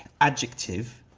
adjective,